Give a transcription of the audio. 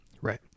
Right